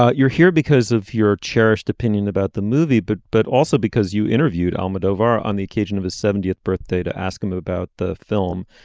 ah you're here because of your cherished opinion about the movie but but also because you interviewed almodovar on the occasion of his seventieth birthday to ask him about the film.